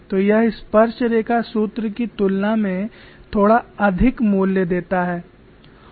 तो यह स्पर्शरेखा सूत्र की तुलना में थोड़ा अधिक मूल्य देता है